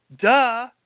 duh